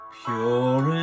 pure